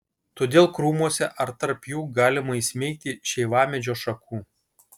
todėl krūmuose ar tarp jų galima įsmeigti šeivamedžio šakų